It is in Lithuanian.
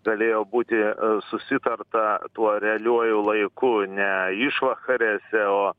galėjo būti susitarta tuo realiuoju laiku ne išvakarėse o